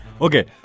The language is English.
Okay